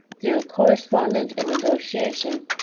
through correspondence and negotiation,